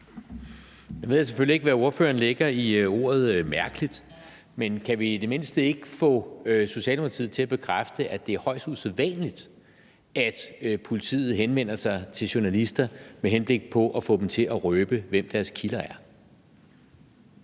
Jeg ved selvfølgelig ikke, hvad ordføreren lægger i ordet mærkeligt, men kan vi i det mindste ikke få Socialdemokratiet til at bekræfte, at det er højst usædvanligt, at politiet henvender sig til journalister med henblik på at få dem til at røbe, hvem deres kilder er?